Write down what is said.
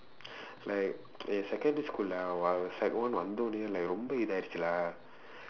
like என்:en secondary schoolae அவ அவ:ava ava sec one வந்த உடனேயே ரொம்ப இதா ஆயிடுச்சு:vandtha udaneeyee rompa ithaa aayiduchsu lah